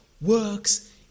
works